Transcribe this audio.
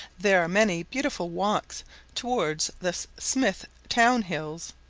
there are many beautiful walks towards the smith town hills,